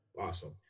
Awesome